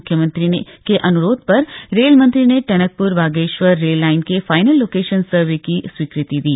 मुख्यमंत्री के अन्रोध पर रेल मंत्री ने टनकप्र बागेश्वर रेल लाईन के फाइनल लोकेशन सर्वे की स्वीकृति दी